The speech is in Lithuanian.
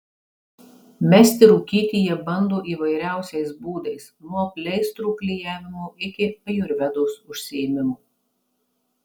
mesti rūkyti jie bando įvairiausiais būdais nuo pleistrų klijavimo iki ajurvedos užsiėmimų